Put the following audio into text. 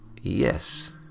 Yes